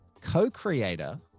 co-creator